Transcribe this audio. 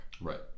Right